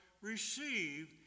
receive